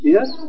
Yes